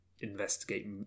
Investigate